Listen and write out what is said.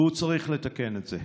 והוא צריך לתקן את זה.